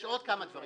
יש עוד כמה דברים.